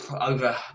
over